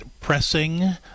pressing